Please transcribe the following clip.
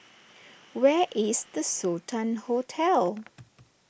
where is the Sultan Hotel